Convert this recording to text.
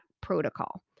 protocol